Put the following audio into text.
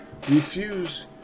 refuse